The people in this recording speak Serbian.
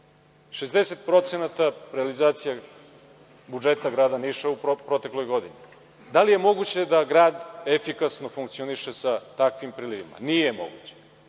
60% je realizacija budžeta grada Niša u protekloj godini. Da li je moguće da grad efikasno funkcioniše sa takvim prelivanjima? Nije moguće,